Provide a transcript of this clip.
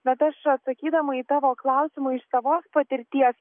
bet aš atsakydama į tavo klausimą iš savos patirties